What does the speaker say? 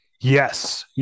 Yes